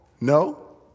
No